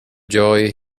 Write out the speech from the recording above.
joy